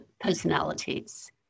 personalities